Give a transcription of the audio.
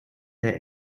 der